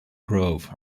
grove